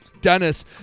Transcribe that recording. dennis